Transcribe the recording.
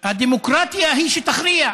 הדמוקרטיה היא שתכריע.